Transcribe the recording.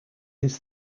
his